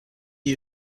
you